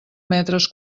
metres